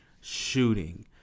shooting